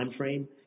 timeframe